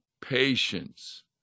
patience